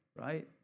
right